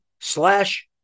slash